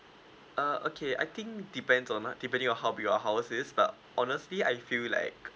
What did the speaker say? uh okay I think depends on uh depending on how big your house is but honestly I feel like